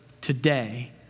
today